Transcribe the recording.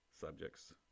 subjects